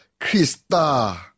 Krista